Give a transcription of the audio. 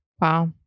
Wow